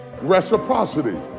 Reciprocity